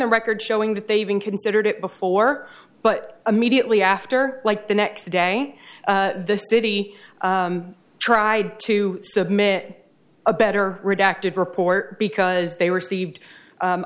the record showing that they even considered it before but immediately after like the next day the city tried to submit a better redacted report because they received